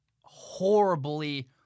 horribly